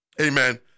Amen